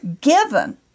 given